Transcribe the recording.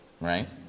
right